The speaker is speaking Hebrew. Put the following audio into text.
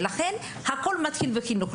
לכן, הכל מתחיל בחינוך.